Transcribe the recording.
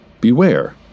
beware